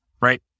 right